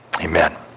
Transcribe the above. Amen